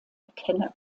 erkenne